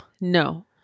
No